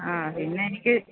ആ പിന്നെ എനിക്ക്